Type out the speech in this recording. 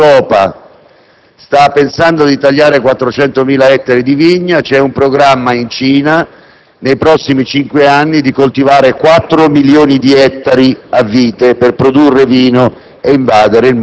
ha citato il caso di un'Europa che sta discutendo la dismissione di 400.000 ettari di vigna, in una logica di mercato chiuso europeo in cui, data la quantità